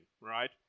Right